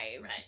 Right